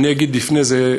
אני אגיד לפני זה,